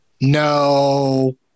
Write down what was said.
No